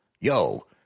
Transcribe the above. Yo